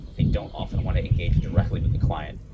they don't often want to engage directly with the client.